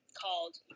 called